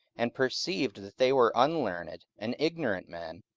and perceived that they were unlearned and ignorant men,